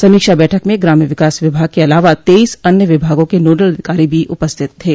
समीक्षा बैठक में ग्राम्य विकास विभाग के अलावा तेईस अन्य विभागों के नोडल अधिकारी भी उपस्थित थे